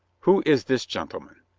who is this gentleman?